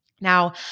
Now